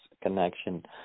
connection